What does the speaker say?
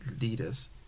leaders